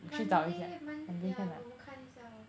monday monda~ yeah 我们看一下 lor